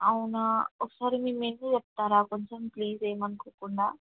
అవునా ఒకసారి మీ మెనూ చెప్తారా కొంచెం ప్లీజ్ ఏమనుకోకుండా